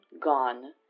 gone